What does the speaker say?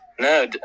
No